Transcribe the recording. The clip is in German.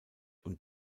und